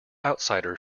outsider